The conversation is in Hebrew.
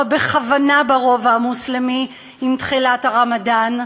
בכוונה ברובע המוסלמי עם תחילת הרמדאן.